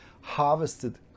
harvested